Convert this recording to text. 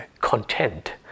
content